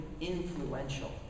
influential